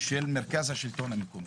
של מרכז השלטון המקומי,